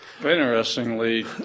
Interestingly